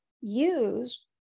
use